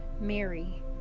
Mary